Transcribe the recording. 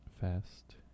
Fast